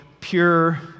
pure